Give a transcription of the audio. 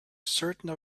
certain